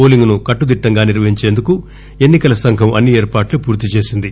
పోలింగ్ను కట్టుదిట్టంగా నిర్వహించేందుకు ఎన్నికల సంఘం అన్ని ఏర్పాట్లు పూర్తి చేసింది